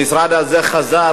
המשרד הזה חזר,